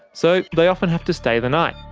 so they often have to stay the night.